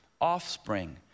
offspring